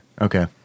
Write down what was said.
Okay